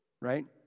right